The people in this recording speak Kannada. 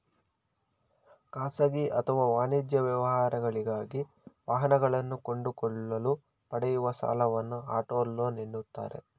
ಖಾಸಗಿ ಅಥವಾ ವಾಣಿಜ್ಯ ವ್ಯವಹಾರಗಳಿಗಾಗಿ ವಾಹನಗಳನ್ನು ಕೊಂಡುಕೊಳ್ಳಲು ಪಡೆಯುವ ಸಾಲವನ್ನು ಆಟೋ ಲೋನ್ ಎನ್ನುತ್ತಾರೆ